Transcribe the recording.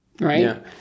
right